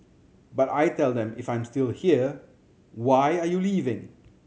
but I tell them if I'm still here why are you leaving